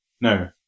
no